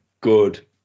good